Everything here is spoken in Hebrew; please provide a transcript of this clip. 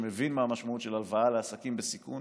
מבין מה המשמעות של הלוואה לעסקים בסיכון